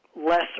lesser